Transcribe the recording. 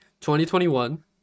2021